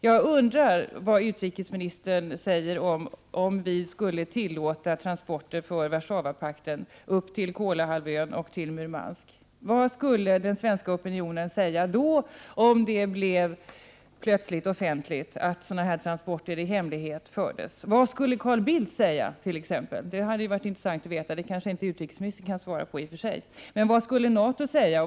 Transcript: Jag undrar vad utrikesministern skulle anse om att tillåta transporter för Warszawapakten upp till Kolahalvön och Murmansk. Vad skulle den svenska opinionen säga om det plötsligt blev offentligt att sådana transporter i hemlighet ägde rum? Vad skulle t.ex. Carl Bildt säga? Det hade varit intressant att veta, även om inte utrikesministern kan svara på det. Vad skulle NATO säga?